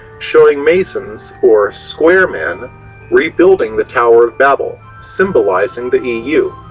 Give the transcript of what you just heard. showing masons, or, square men rebuilding the tower of babel, symbolizing the eu.